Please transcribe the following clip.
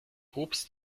obst